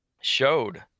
showed